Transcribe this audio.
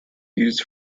used